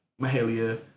Mahalia